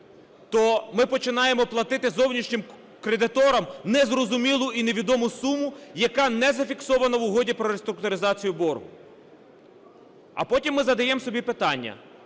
то ми починаємо платити зовнішнім кредитором незрозумілу і невідому суму, яка не зафіксована в угоді про реструктуризацію боргу, а потім ми задаємо собі питання,